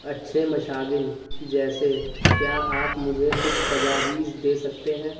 اچھے مشاغل جیسے کیا آپ مجھے کچھ تجاویز دے سکتے ہیں